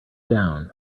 down